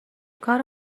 کار